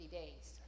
days